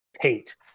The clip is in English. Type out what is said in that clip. paint